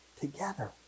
together